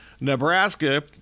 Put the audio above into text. Nebraska